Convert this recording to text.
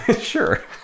sure